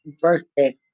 birthday